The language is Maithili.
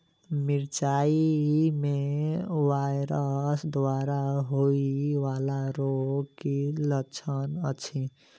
मिरचाई मे वायरस द्वारा होइ वला रोगक की लक्षण अछि?